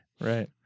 Right